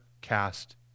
cast